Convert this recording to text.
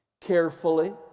carefully